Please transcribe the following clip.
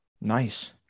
Nice